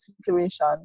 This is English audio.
situation